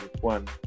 one